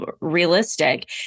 realistic